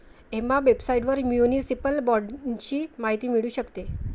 Emma वेबसाइटवर municipal बाँडची माहिती मिळू शकते